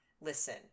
listen